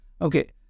Okay